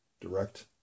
direct